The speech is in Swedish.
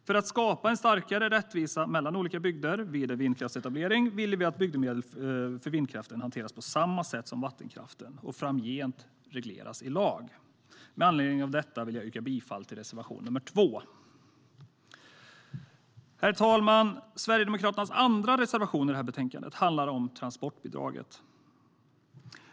För att skapa en starkare rättvisa mellan olika bygder vid en vindkraftsetablering vill vi att bygdemedel för vindkraften hanteras på samma sätt som för vattenkraften och framgent regleras i lag. Med anledning av detta vill jag yrka bifall till reservation 2. Herr talman! Sverigedemokraternas andra reservation i detta betänkande handlar om transportbidraget.